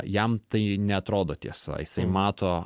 jam tai neatrodo tiesa jisai mato